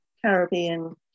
Caribbean